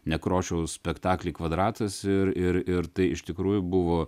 nekrošiaus spektaklį kvadratas ir ir ir tai iš tikrųjų buvo